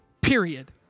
period